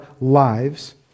lives